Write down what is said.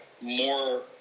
more